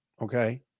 okay